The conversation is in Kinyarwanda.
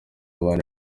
abana